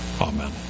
Amen